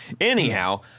anyhow